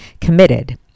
committed